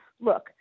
Look